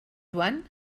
joan